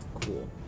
Cool